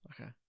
okay